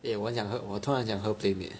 eh 我很想喝我突然想喝 Playmade leh